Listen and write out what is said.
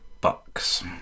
bucks